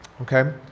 Okay